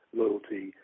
loyalty